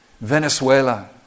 Venezuela